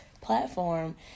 platform